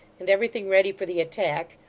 and everything ready for the attack,